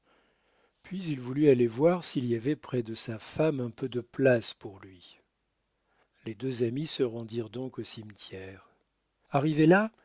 puis il voulut aller voir s'il y avait près de sa femme un peu de place pour lui les deux amis se rendirent donc au cimetière arrivés là